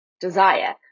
desire